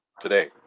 today